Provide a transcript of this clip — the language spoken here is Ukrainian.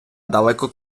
далеко